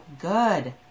good